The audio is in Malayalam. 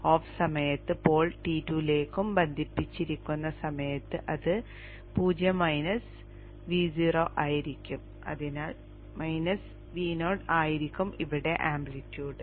ഓഫ് സമയത്തും പോൾ T2 ലേക്ക് ബന്ധിപ്പിച്ചിരിക്കുന്ന സമയത്തും അത് 0 മൈനസ് Vo ആയിരിക്കും അതിനാൽ Vo ആയിരിക്കും ഇവിടെ ആംപ്ലിറ്റ്യൂഡ്